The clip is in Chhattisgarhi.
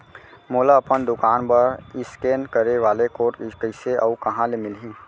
मोला अपन दुकान बर इसकेन करे वाले कोड कइसे अऊ कहाँ ले मिलही?